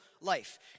life